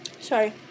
Sorry